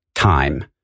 Time